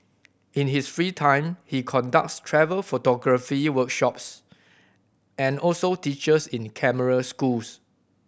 in his free time he conducts travel photography workshops and also teaches in camera schools